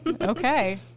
okay